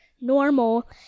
normal